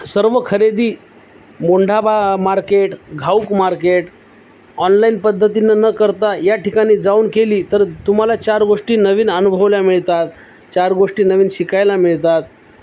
सर्व खरेदी मोंढाबा मार्केट घाऊक मार्केट ऑनलाईन पद्धतींनं न करता या ठिकाणी जाऊन केली तर तुम्हाला चार गोष्टी नवीन अनुभवल्या मिळतात चार गोष्टी नवीन शिकायला मिळतात